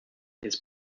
his